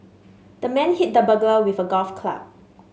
the man hit the burglar with a golf club